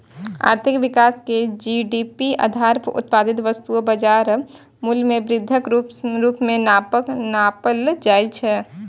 आर्थिक विकास कें जी.डी.पी आधार पर उत्पादित वस्तुक बाजार मूल्य मे वृद्धिक रूप मे नापल जाइ छै